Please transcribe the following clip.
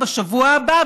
בשבוע הבא,